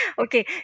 Okay